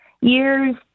years